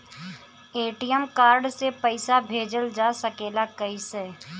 ATM card से पइसा भेजल जा सकेला कइसे?